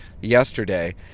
yesterday